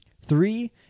three